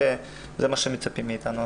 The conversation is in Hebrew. וזה מה שמצפים מאתנו.